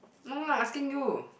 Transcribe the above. no lah asking you